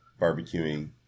barbecuing